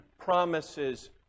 promises